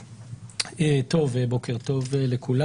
בוקר טוב לכולם.